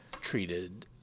treated –